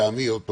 לטעמי עוד פעם,